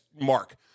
Mark